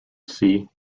see